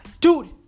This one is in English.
Dude